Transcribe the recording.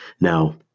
Now